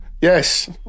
Yes